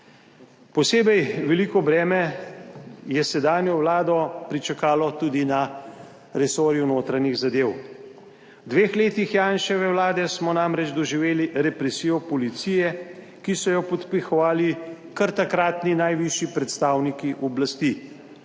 Posebej veliko breme je sedanjo vlado pričakalo tudi na resorju notranjih zadev. V dveh letih Janševe vlade smo namreč doživeli represijo policije, ki so jo podpihovali kar takratni najvišji predstavniki oblasti.